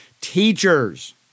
Teachers